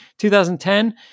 2010